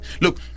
Look